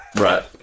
Right